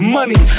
Money